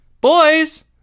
Boys